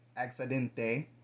accidente